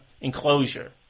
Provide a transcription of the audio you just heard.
enclosure